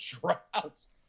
droughts